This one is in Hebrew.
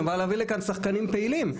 למה להביא לכאן שחקנים פעילים?